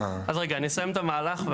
אז רגע, אני אסיים את המהלך.